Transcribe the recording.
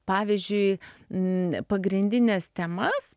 pavyzdžiui pagrindines temas